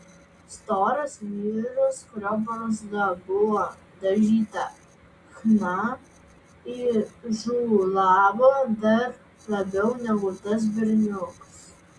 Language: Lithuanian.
storas vyras kurio barzda buvo dažyta chna įžūlavo dar labiau negu tas berniukas